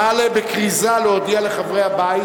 נא להודיע לחברי הבית